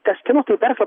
kažkieno tai verslą